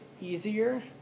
easier